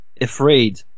Afraid